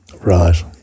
Right